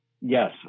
Yes